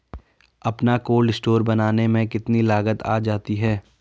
अपना cold store बनाने में कितनी लागत आ जाती है?